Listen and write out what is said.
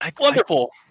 Wonderful